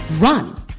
run